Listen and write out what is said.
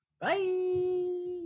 Bye